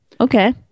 okay